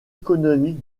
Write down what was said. économique